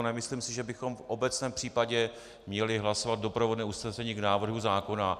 Nemyslím si, že bychom v obecném případě měli hlasovat doprovodné usnesení k návrhu zákona.